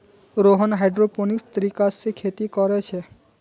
Rohan hydroponics तरीका से खेती कोरे छे